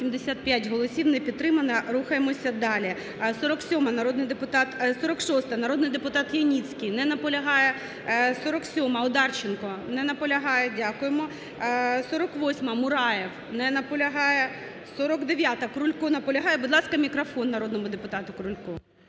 75 голосів, не підтримана. Рухаємося далі. 46-а, народний депутат Яніцький. Не наполягає. 47-а, Одарченко. Не наполягає. Дякуємо. 48-а, Мураєв. Не наполягає. 49-а, Крулько. Наполягає. Будь ласка, мікрофон народному депутату Крулько.